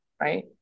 Right